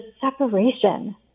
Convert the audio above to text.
separation